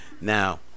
Now